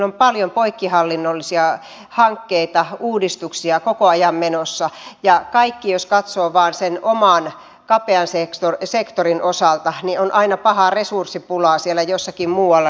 meillä on paljon poikkihallinnollisia hankkeita uudistuksia koko ajan menossa ja kaikki jos katsovat vain sen oman kapean sektorin osalta niin on aina pahaa resurssipulaa jossakin muualla